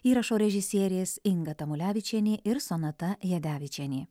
įrašo režisierės inga tamulevičienė ir sonata jadevičienė